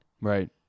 Right